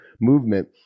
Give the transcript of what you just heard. movement